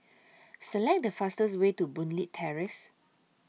Select The fastest Way to Boon Leat Terrace